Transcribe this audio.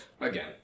again